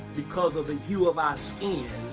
because of the hue of our skin,